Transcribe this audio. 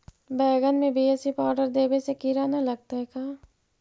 बैगन में BAC powder देबे से किड़ा न लगतै का?